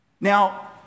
Now